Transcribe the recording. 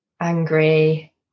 angry